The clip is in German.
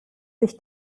sich